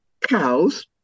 cows